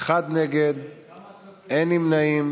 אינו נוכח, חבר הכנסת יעקב אשר, אינו נוכח,